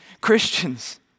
Christians